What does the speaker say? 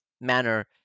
manner